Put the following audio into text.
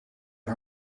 een